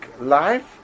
life